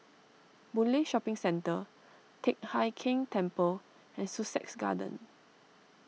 Boon Lay Shopping Centre Teck Hai Keng Temple and Sussex Garden